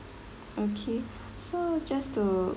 okay so just to